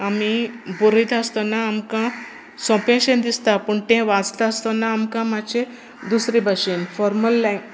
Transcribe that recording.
आमी बरयता आसतना आमकां सोंपेंशें दिसता पूण तें वाचता आसतना आमकां मात्शे दुसरे भाशेन फोर्मल लँ